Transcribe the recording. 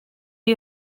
you